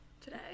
today